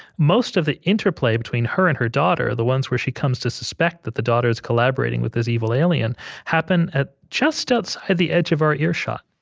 most of the interplay between her and her daughter the ones where she comes to suspect the daughter is collaborating with this evil alien happen at just outside the edge of our earshot